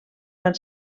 van